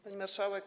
Pani Marszałek!